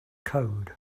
code